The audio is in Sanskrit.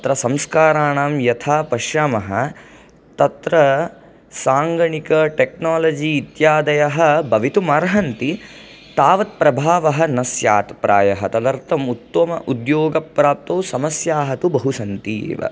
अत्र संस्काराणां यथा पश्यामः तत्र साङ्गणिक टेक्नालजि इत्यादयः भवितुम् अर्हन्ति तावत् प्रभावः न स्यात् प्रायः तदर्थम् उत्तम उद्योगप्राप्तौ समस्याः तु बहु सन्ति एव